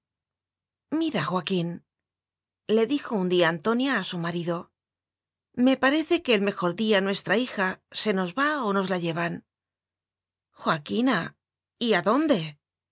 mi madre mira joaquínle'dijoun día antonia a su marido me parece que el mejor día nues tra hija se nos va o nos la llevan joaquina y a dónde